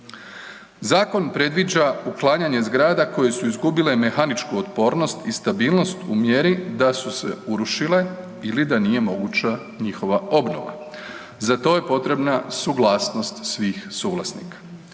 Zakon predviđa uklanjanje zgrada koje su izgubile mehaničku otpornost i stabilnost u mjeri da se urušile ili da nije moguća njihova obnova. Za to je potrebna suglasnost svih suvlasnika.